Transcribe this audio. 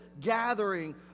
gathering